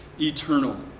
eternal